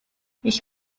ich